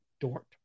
Dort